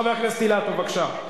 חבר הכנסת רוברט אילטוב, בבקשה.